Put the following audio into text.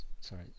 sorry